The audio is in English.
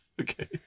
Okay